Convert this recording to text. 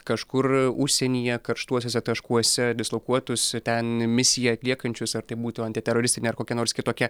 kažkur užsienyje karštuosiuose taškuose dislokuotus ten misiją atliekančius ar tai būtų antiteroristinė ar kokia nors kitokia